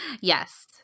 Yes